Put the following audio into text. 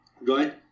right